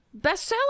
bestseller